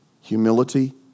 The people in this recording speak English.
humility